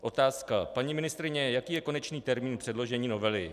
Otázka: Paní ministryně, jaký je konečný termín předložení novely?